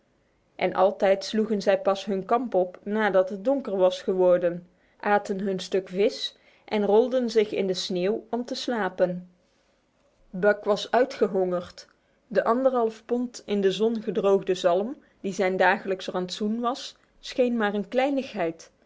en altijd sloegen zij pas hun kamp op nadat het donker was geworden aten hun stuk vis en rolden zich in de sneeuw om te slapen buck was uitgehongerd de anderhalf pond in de zon gedroogde zalm die zijn dagelijks rantsoen was scheen maar een kleinigheid